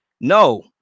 no